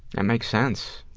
and makes sense.